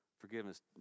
forgiveness